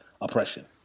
oppression